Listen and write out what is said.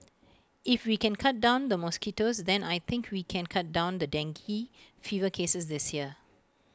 if we can cut down the mosquitoes then I think we can cut down the dengue fever cases this year